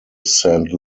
saint